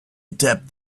adapt